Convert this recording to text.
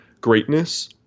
greatness